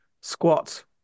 squat